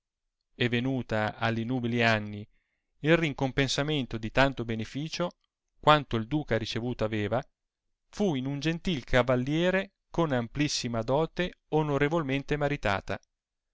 e venuta alli nubili anni in ricompensamento di tanto beneficio quanto il duca ricevuto aveva fu in un gentil cavalliere con amplissima dote onorevolmente maritata